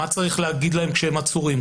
מה יש לומר להם כשהם עצורים?